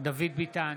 דוד ביטן,